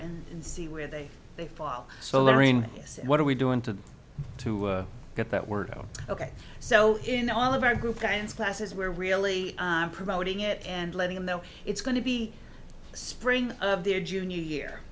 and see where they they fall so lorraine what are we doing to to get that word of ok so in all of our group dance classes where really promoting it and letting them know it's going to be the spring of their junior year